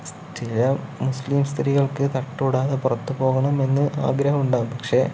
ചില മുസ്ലിം സ്ത്രീകൾക്ക് തട്ടമിടാതെ പുറത്ത് പോകണമെന്ന് ആഗ്രഹമുണ്ടാകും പക്ഷേ